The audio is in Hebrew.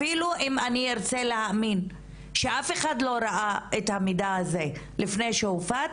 אפילו אם אני ארצה להאמין שאף אחד לא ראה את המידע הזה לפני שהופץ,